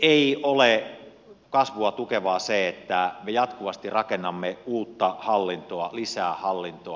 ei ole kasvua tukevaa se että me jatkuvasti rakennamme uutta hallintoa lisää hallintoa